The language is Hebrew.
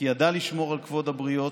כי ידע לשמור על כבוד הבריות,